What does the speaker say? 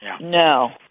No